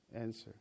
answer